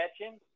catching